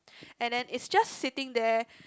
and then it's just sitting there